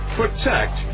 protect